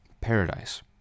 Paradise